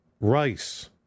Rice